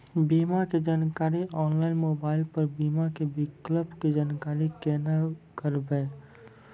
बीमा के जानकारी ऑनलाइन मोबाइल पर बीमा के विकल्प के जानकारी केना करभै?